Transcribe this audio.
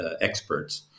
experts